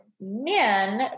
men